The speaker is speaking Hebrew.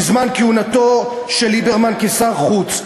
בזמן כהונתו של ליברמן כשר החוץ.